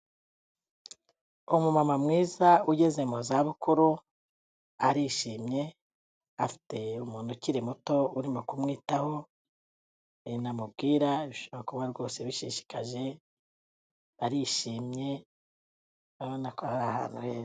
Umu mama mwiza ugeze mu za bukuru, arishimye afite umuntu ukiri muto urimo ku mwitaho, ibintu amubwira bishobora kuba rwose bishishikaje, arishimye, urabona ko